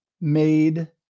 made